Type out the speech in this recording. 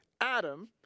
Adam